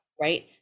Right